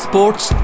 Sports